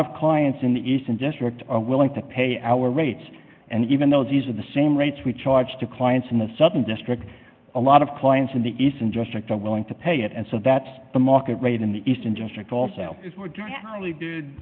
of clients in the eastern district are willing to pay our rates and even though these are the same rates we charge to clients in the southern district a lot of clients in the east and just are willing to pay it and so that's the market rate in the eastern district also